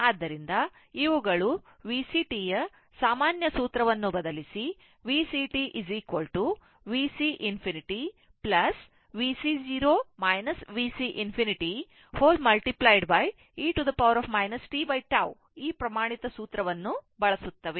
ಆದ್ದರಿಂದ ಇವುಗಳು VCt ಯ ಸಾಮಾನ್ಯ ಸೂತ್ರವನ್ನು ಬದಲಿಸಿ VCt VC ∞ VC 0 VC ∞ e t τ ಈ ಪ್ರಮಾಣಿತ ಸೂತ್ರವನ್ನು ಬಳಸುತ್ತವೆ